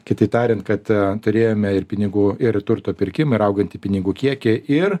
kitaip tariant kad turėjome ir pinigų ir turto pirkimą ir augantį pinigų kiekį ir